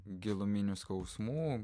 giluminių skausmų